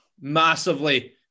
massively